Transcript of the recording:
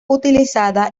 utilizada